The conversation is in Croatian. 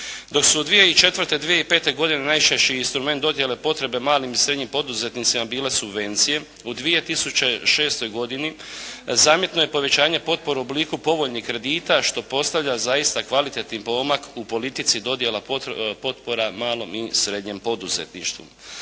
Dok su 200.4/2005. godine najčešći instrument dodjele potrebe malim i srednjim poduzetnicima bile subvencije u 2006. godini zamjetno je povećanje potpore u obliku povoljnih kredita što postavlja zaista kvalitetni pomak u politici dodjela potpora malom i srednjem poduzetništvu.